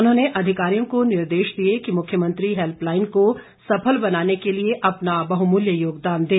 उन्होंने अधिकारियों को निर्देश दिए कि मुख्यमंत्री हेल्पलाइन को सफल बनाने के लिए अपना बहुमूल्य योगदान दें